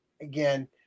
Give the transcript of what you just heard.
again